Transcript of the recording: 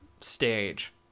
stage